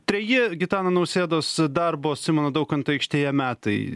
treji gitano nausėdos darbo simono daukanto aikštėje metai